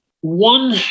one